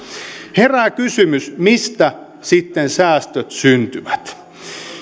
herää kysymys mistä sitten säästöt syntyvät